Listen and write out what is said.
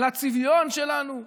על הצביון שלנו,